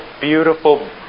beautiful